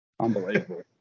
Unbelievable